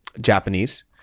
japanese